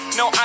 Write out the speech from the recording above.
no